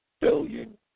billion